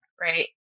right